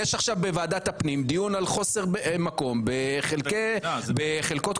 יש עכשיו בוועדת הפנים דיון על חוסר מקום בחלקות קבורה.